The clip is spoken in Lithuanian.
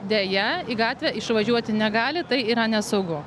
deja į gatvę išvažiuoti negali tai yra nesaugu